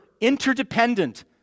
interdependent